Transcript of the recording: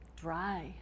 dry